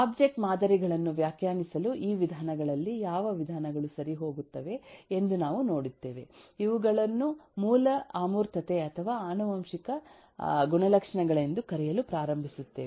object ಮಾದರಿಗಳನ್ನು ವ್ಯಾಖ್ಯಾನಿಸಲು ಈ ವಿಧಾನಗಳಲ್ಲಿ ಯಾವ ವಿಧಾನಗಳು ಸರಿ ಹೋಗುತ್ತವೆ ಎಂದು ನಾವು ನೋಡುತ್ತೇವೆ ಇವುಗಳನ್ನು ಮೂಲ ಅಮೂರ್ತತೆ ಅಥವಾ ಆನುವಂಶಿಕ ಗುಣಲಕ್ಷಣಗಳೆಂದು ಕರೆಯಲು ಪ್ರಾರಂಭಿಸುತ್ತೇವೆ